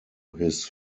his